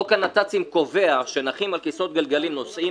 חוק הנת"צים קובע שנכים על כיסאות גלגלים נוסעים